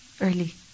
early